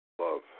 love